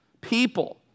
people